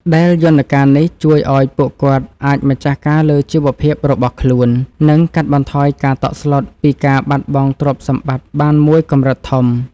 ដែលយន្តការនេះជួយឱ្យពួកគាត់អាចម្ចាស់ការលើជីវភាពរបស់ខ្លួន និងកាត់បន្ថយការតក់ស្លុតពីការបាត់បង់ទ្រព្យសម្បត្តិបានមួយកម្រិតធំ។